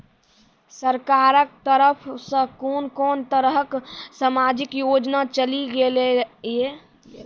सरकारक तरफ सॅ कून कून तरहक समाजिक योजना चलेली गेलै ये?